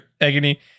agony